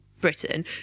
Britain